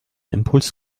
impuls